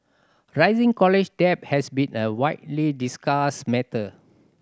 rising college debt has been a widely discussed matter